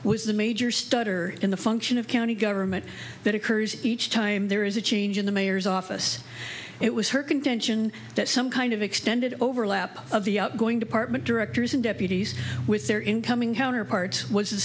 was the major studder in the function of county government that occurs each time there is a change in the mayor's office it was her contention that some kind of extended overlap of the outgoing department directors and deputies with their incoming counterpart was a